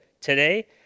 today